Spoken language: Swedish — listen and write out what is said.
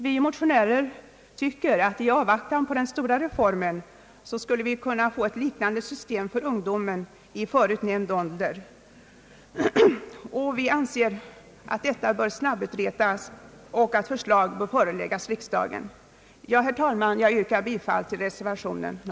Vi motionärer menar att, i avvaktan på den stora reformen, ett liknande system för ungdom i förut nämnd ålder bör kunna vara tillämpligt, och vi anser att detta bör snabbutredas och förslag föreläggas riksdagen. Herr talman! Jag yrkar bifall till reservationen.